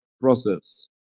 process